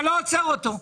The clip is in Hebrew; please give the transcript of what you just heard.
אתה לא עוצר אותו.